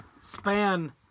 span